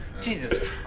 Jesus